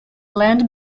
land